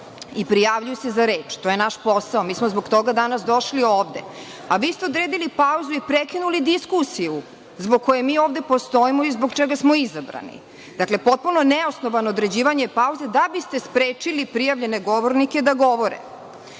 i prijavljuju se za reč. To je naš posao. Mi smo zbog toga danas došli ovde, a vi ste odredili pauzu i prekinuli diskusiju zbog koje mi ovde postojimo i zbog čega smo izabrani. Dakle, potpuno je neosnovano određivanje pauze da biste sprečili prijavljene govornike da govore.